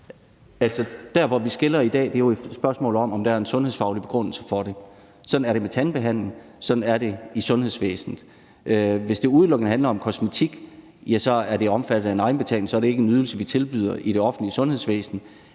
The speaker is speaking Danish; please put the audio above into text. Der, hvor det skiller os i dag, er ved spørgsmålet om, om der er en sundhedsfaglig begrundelse for det. Sådan er det med tandbehandling, sådan er det i sundhedsvæsenet. Hvis det udelukkende handler om kosmetik, er det omfattet af en egenbetaling; så er det ikke en ydelse, vi tilbyder i det offentlige sundhedsvæsen.